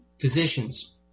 physicians